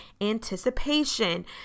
anticipation